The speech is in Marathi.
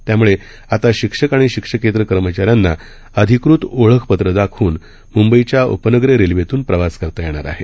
यामुळे आता शिक्षक आणि शिक्षकेतर कर्मचाऱ्यांना अधिकृत ओळखपत्र दाखवून मुंबईच्या उपनगरीय रेल्वेतून प्रवास करता येणार आहे